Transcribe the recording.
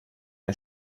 ein